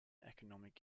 economic